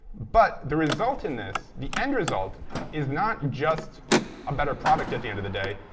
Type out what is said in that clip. but the result in this the end result is not just a better product at the end of the day,